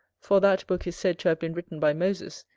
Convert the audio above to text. for that book is said to have been written by moses,